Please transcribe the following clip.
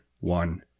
one